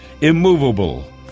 immovable